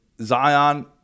Zion